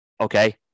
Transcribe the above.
Okay